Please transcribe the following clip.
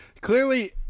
clearly